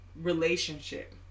relationship